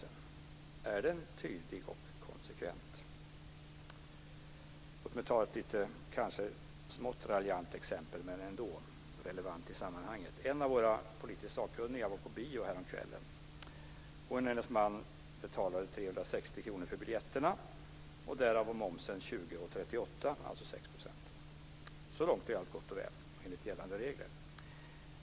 Är den tydlig och konsekvent? Låt mig ta ett litet, kanske smått raljant, exempel som ändå är relevant i sammanhanget. En av våra politiskt sakkunniga var på bio häromkvällen. Hon och hennes man betalade 360 kr för biljetterna. Därav var momsen 20:38, dvs. 6 %. Så långt är allt gott och väl och enligt gällande regler.